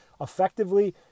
effectively